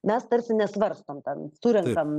mes tarsi nesvarstom ten surenkam